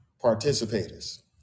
participators